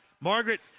Margaret